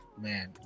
man